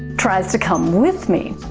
tries to come with me.